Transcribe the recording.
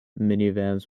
minivans